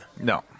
No